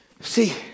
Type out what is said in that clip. See